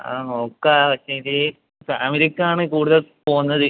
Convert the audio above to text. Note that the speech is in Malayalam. ആ നോക്കാം പക്ഷെ ഇത് ഫാമിലിക്കാണ് കൂടുതൽ പോന്നത്